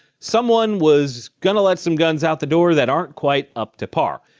someone was gonna let some guns out the door that aren't quite up to par.